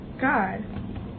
God